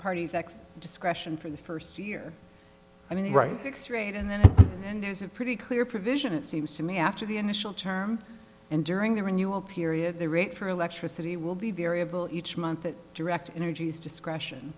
parties x discretion for the first year i mean right fixed rate and then there's a pretty clear provision it seems to me after the initial term and during the renewal period the rate for electricity will be variable each month direct energies discretion